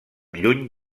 lluny